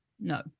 no